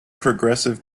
progressive